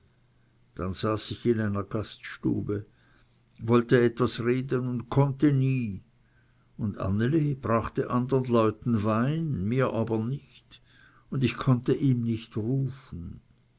dann saß ich in einer gaststube wollte etwas reden und konnte nie und anneli brachte andern leuten wein mir aber nicht und ich konnte ihm nicht rufen